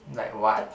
like what